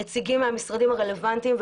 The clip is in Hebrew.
נציגים מהמשרדים הרלוונטיים,